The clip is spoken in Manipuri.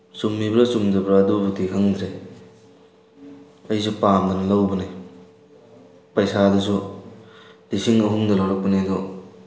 ꯆꯨꯝꯃꯤꯕ꯭ꯔꯥ ꯆꯨꯝꯗꯕ꯭ꯔꯥ ꯑꯗꯨꯕꯨꯗꯤ ꯈꯪꯗ꯭ꯔꯦ ꯑꯩꯁꯨ ꯄꯥꯝꯗꯅ ꯂꯧꯕꯅꯤ ꯄꯩꯁꯥꯗꯨꯁꯨ ꯂꯤꯁꯤꯡ ꯑꯍꯨꯝꯗ ꯂꯧꯔꯛꯄꯅꯤ ꯑꯗꯣ